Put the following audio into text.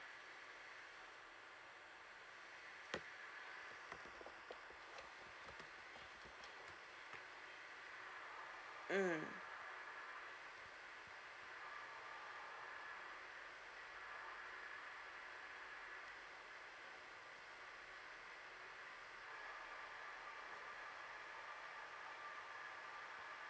mm